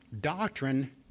Doctrine